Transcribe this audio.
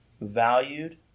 valued